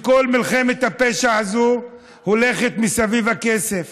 כל מלחמת הפשע הזאת הולכת סביב הכסף,